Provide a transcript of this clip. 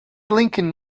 lincoln